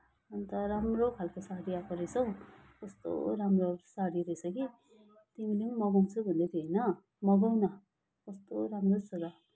अन्त राम्रो खालको साडी आएको रहेछ हो कस्तो राम्रो साडी रहेछ कि तिमी पनि मगाउँछु भन्दैथ्यौ होइन मगाऊ न कस्तो राम्रो छ र